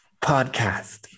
podcast